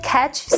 Catch